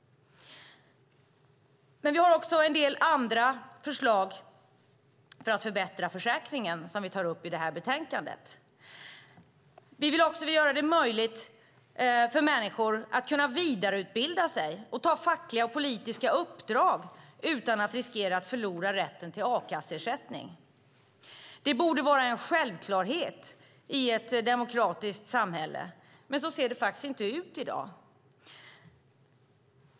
Men vi har också en del andra förslag för att förbättra försäkringen som vi tar upp i det här betänkandet. Vi vill också göra det möjligt för människor att vidareutbilda sig och ta fackliga och politiska uppdrag utan att riskera att förlora rätten till a-kasseersättning. Det borde vara en självklarhet i ett demokratiskt samhälle, men så ser det faktiskt inte ut i dag.